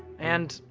and,